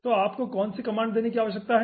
तो आपको कौन सी कमांड देने की आवश्यकता है